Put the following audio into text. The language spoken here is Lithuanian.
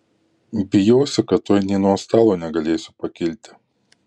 bijausi kad tuoj nė nuo stalo negalėsiu pakilti